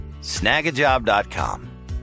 snagajob.com